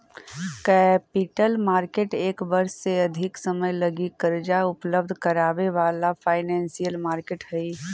capital market एक वर्ष से अधिक समय लगी कर्जा उपलब्ध करावे वाला फाइनेंशियल मार्केट हई